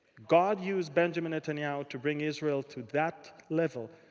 god used benjamin netanyahu to bring israel to that level.